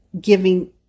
giving